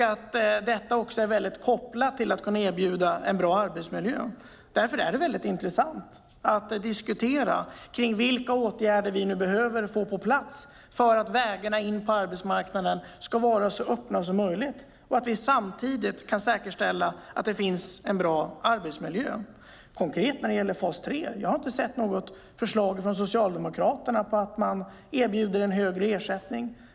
Det är också nära kopplat till att kunna erbjuda en bra arbetsmiljö. Därför är det intressant att diskutera vilka åtgärder vi behöver få på plats för att vägarna in på arbetsmarknaden ska vara så öppna som möjligt och för att vi samtidigt ska kunna säkerställa att det finns en bra arbetsmiljö - konkret när det gäller fas 3. Jag har inte sett något förslag från Socialdemokraterna om att man erbjuder en högre ersättning.